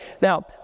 Now